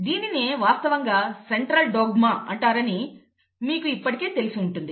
దీనినే వాస్తవంగా central dogma అంటారని మీకు ఇప్పటికే తెలిసి ఉంటుంది